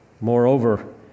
Moreover